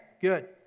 good